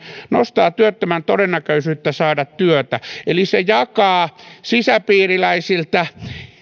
nostaa työttömän todennäköisyyttä saada työtä eli se jakaa sisäpiiriläisiltä